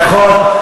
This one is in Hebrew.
ברכות.